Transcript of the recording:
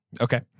Okay